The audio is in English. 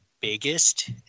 biggest